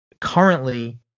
currently